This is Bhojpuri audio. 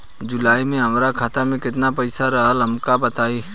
जुलाई में हमरा खाता में केतना पईसा रहल हमका बताई?